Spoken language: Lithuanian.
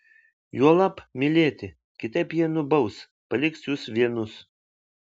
juolab mylėti kitaip jie nubaus paliks jus vienus